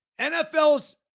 NFL's